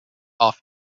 off